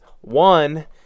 one